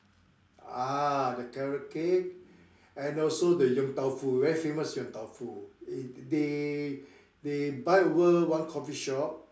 ah the carrot-cake and also the Yong-Tau-Foo very famous Yong-Tau-Foo they they buy over one coffee shop